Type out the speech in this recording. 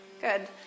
Good